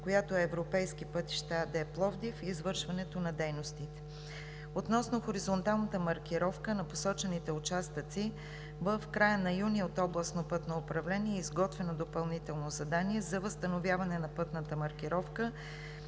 която е „Европейски пътища“ АД – Пловдив, извършването на дейностите. Относно хоризонталната маркировка на посочените участъци в края на месец юни от Областно пътно управление – Пазарджик, е изготвено допълнително задание за възстановяване на пътната маркировка